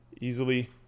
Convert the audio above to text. easily